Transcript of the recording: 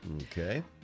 Okay